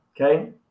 okay